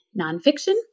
nonfiction